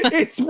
it's,